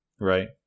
Right